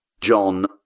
John